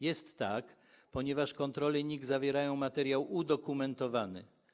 Jest tak, ponieważ kontrole NIK zawierają materiał udokumentowany.